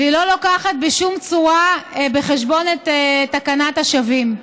והיא לא לוקחת בחשבון בשום צורה את תקנת השבים.